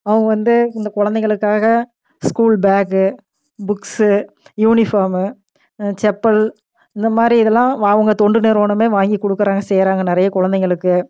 அவங்க வந்து இந்த குழந்தைங்களுக்காக school bag books uniform chappal இந்தமாதிரி இதலாம் அவங்க தொண்டு நிறுவனமே வாங்கி கொடுக்குறாங்க செய்கிறாங்க நிறைய குழந்தைங்களுக்கு